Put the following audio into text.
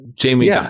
Jamie